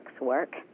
work